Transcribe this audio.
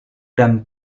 dan